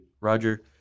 Roger